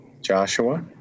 Joshua